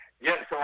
Yes